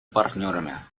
партнерами